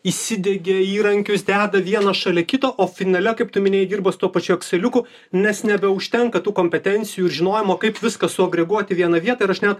įsidiegia įrankius deda vieną šalia kito o finale kaip tu minėjai dirba su tuo pačiu ekseliuku nes nebeužtenka tų kompetencijų ir žinojimo kaip viską suagreguoti į vieną vietą ir aš net